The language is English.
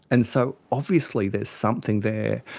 and so obviously there's something there,